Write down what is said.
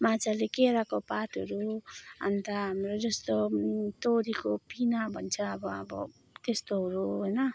माछाले केराको पातहरू अन्त हाम्रो जस्तो तोरीको पिना भन्छ अब अब त्यस्तोहरू होइन